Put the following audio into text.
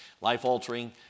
life-altering